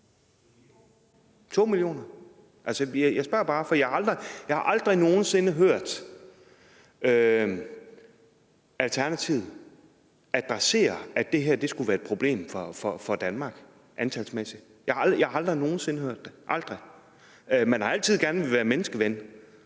bare, for jeg har aldrig nogen sinde hørt Alternativet adressere, at det her skulle være et problem for Danmark antalsmæssigt. Jeg har aldrig nogen sinde hørt det, aldrig. Man har altid gerne villet være menneskeven,